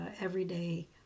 everyday